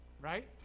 Right